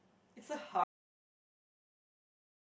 it's a heart oh-my-god it's about love